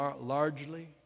largely